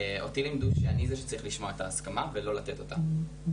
אותי לימדו שאני זה שצריך לשמוע את ההסכמה ולא לתת אותה.